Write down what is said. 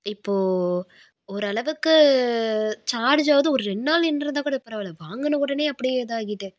இப்போது ஓரளவுக்கு சார்ஜாகுது ஒரு ரெண்டு நாள் நின்றிந்தா கூட பரவாயில்ல வாங்கின உடனே அப்படியே இதாக ஆகிட்டு